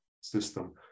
system